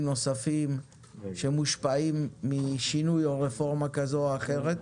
נוספים שמושפעים משינוי רפורמה כזאת או אחרת.